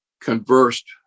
conversed